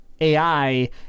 AI